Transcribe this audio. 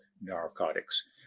narcotics